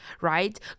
right